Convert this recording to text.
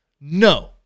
No